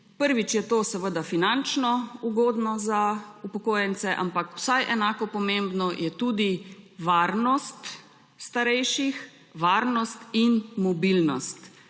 Prvič je to seveda finančno ugodno za upokojence, ampak vsaj enako pomembni sta tudi varnost starejših, varnost, in mobilnost.